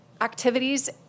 activities